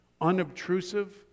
unobtrusive